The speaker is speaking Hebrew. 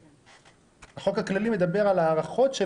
כן, החוק הכללי מדבר על ההארכות.